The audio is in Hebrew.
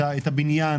את הבניין,